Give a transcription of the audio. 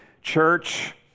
church